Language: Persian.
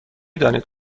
دانید